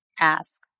ask